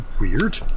Weird